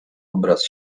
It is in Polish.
obraz